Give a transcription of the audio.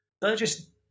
Burgess